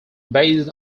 based